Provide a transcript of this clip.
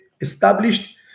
established